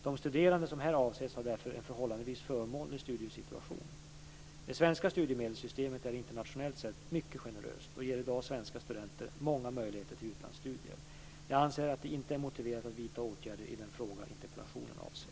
De studerande som här avses har därför en förhållandevis förmånlig studiesituation. Det svenska studiemedelssystemet är internationellt sett mycket generöst och ger i dag svenska studenter många möjligheter till utlandsstudier. Jag anser att det inte är motiverat att vidta åtgärder i den fråga interpellationen avser.